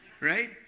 right